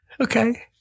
Okay